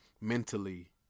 mentally